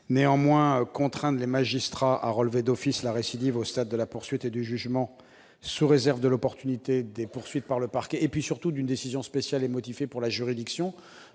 Néanmoins, contraindre les magistrats à relever d'office la récidive au stade de la poursuite et du jugement, sous réserve de l'opportunité des poursuites par le parquet, et à émettre une décision spéciale et motivée pour la juridiction